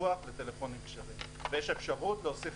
פתוח לטלפונים כשרים ויש אפשרות להוסיף